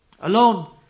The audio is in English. alone